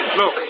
Look